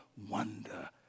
Wonder